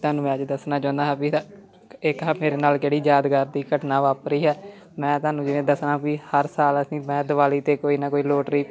ਤੁਹਾਨੂੰ ਮੈਂ ਅੱਜ ਦੱਸਣਾ ਚਾਹੁੰਦਾ ਹਾਂ ਵੀ ਹਾ ਇੱਕ ਹਾ ਮੇਰੇ ਨਾਲ ਕਿਹੜੀ ਯਾਦਗਾਰ ਦੀ ਘਟਨਾ ਵਾਪਰੀ ਹੈ ਮੈਂ ਤੁਹਾਨੂੰ ਜਿਵੇਂ ਦੱਸਣਾ ਵੀ ਹਰ ਸਾਲ ਅਸੀਂ ਮੈਂ ਦਿਵਾਲੀ 'ਤੇ ਕੋਈ ਨਾ ਕੋਈ ਲੋਟਰੀ